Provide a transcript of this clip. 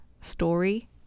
story